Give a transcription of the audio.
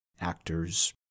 actors